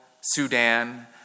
Sudan